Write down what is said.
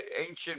ancient